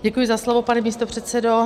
Děkuji za slovo, pane místopředsedo.